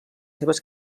seves